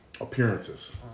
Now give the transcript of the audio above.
Appearances